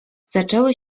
zaczęły